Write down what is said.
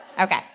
Okay